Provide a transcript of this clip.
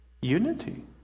unity